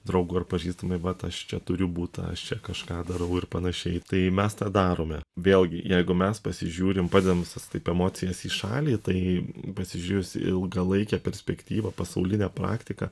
draugui ar pažįstamai vat aš čia turiu butą aš čia kažką darau ir panašiai tai mes tą darome vėlgi jeigu mes pasižiūrim padem visas taip emocijas į šalį tai pasižiūrėjus į ilgalaikę perspektyvą pasaulinę praktiką